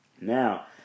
Now